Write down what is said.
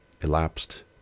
elapsed